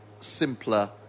simpler